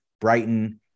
Brighton